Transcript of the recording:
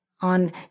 on